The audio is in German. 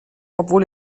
obwohl